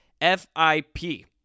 F-I-P